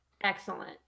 excellent